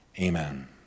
Amen